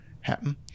happen